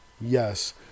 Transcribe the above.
Yes